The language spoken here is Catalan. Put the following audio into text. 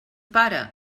pare